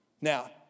Now